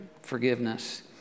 forgiveness